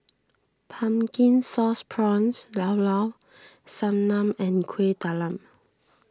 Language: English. Pumpkin Aauce Prawns Llao Llao Sanum and Kueh Talam